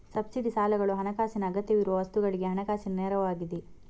subsidy ಸಾಲಗಳು ಹಣಕಾಸಿನ ಅಗತ್ಯವಿರುವ ವಸ್ತುಗಳಿಗೆ ಹಣಕಾಸಿನ ನೆರವು ಆಗಿದೆ